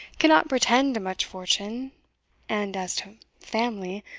cannot pretend to much fortune and, as to family,